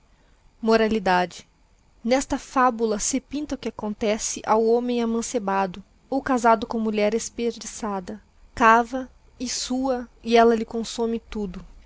moralidade nesta fabula se pinta o que acontece ao homem amancebado ou casado com mulher esperdiçada cava e siía e ella lhe consome tudo